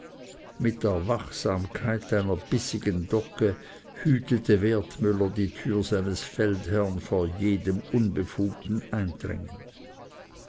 mit der wachsamkeit einer bissigen dogge hütete wertmüller die türe seines feldherren vor jedem unbefugten eindringen